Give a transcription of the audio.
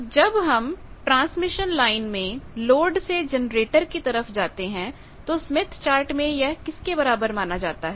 तो जब हम ट्रांसमिशन लाइन में लोड से जनरेटर की तरफ जाते हैं तो स्मिथ चार्ट में यह किसके बराबर माना जाता है